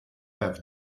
have